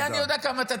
אני יודע כמה אתה,